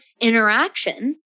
interaction